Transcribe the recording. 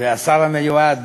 והשר המיועד